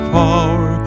power